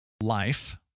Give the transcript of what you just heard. life